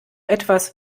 etwas